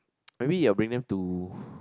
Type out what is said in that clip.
maybe I'll bring them to